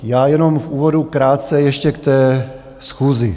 Já jenom v úvodu krátce ještě k té schůzi.